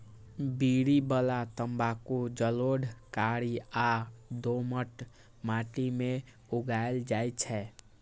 बीड़ी बला तंबाकू जलोढ़, कारी आ दोमट माटि मे उगायल जाइ छै